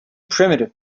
primitive